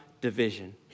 division